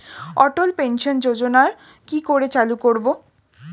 অটল pension যোজনার কি করে চালু করব?